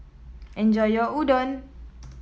enjoy your Udon